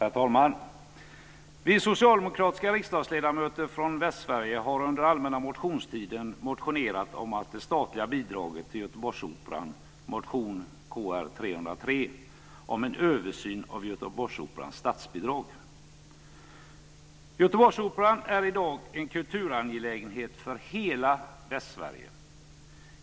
Herr talman! Vi socialdemokratiska riksdagsledamöter från Västsverige har i motion Kr303 under allmänna motionstiden motionerat om en översyn av Göteborgsoperan är i dag en kulturangelägenhet för hela Västsverige.